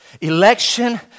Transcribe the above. Election